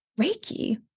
Reiki